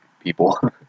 people